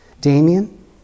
Damien